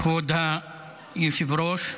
כבוד היושב-ראש,